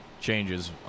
changes